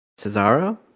Cesaro